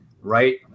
right